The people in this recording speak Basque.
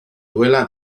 duela